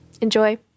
Enjoy